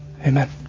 Amen